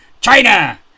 China